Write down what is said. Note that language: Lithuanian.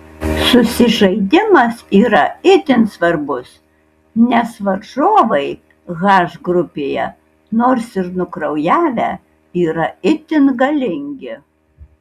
susižaidimas yra itin svarbus nes varžovai h grupėje nors ir nukraujavę yra itin galingi